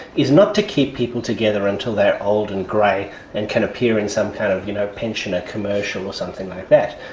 is not to keep people together until they are old and grey and can appear in some kind of you know pensioner commercial or something like that,